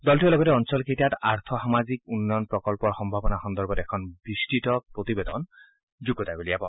দলটোৱে লগতে অঞ্চলকেইটাত আৰ্থ সামাজিক উন্নয়ন প্ৰকল্পৰ সম্ভাৱনা সন্দৰ্ভত এখন বিস্তত প্ৰতিবেদন যুগুতাই উলিয়াব